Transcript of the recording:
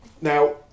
Now